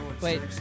Wait